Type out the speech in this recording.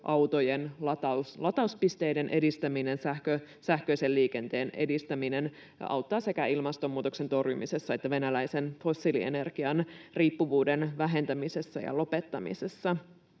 sähköautojen latauspisteiden edistäminen, sähköisen liikenteen edistäminen auttaa sekä ilmastonmuutoksen torjumisessa että venäläisen fossiilienergian riippuvuuden vähentämisessä ja lopettamisessa.